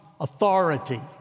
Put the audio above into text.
authority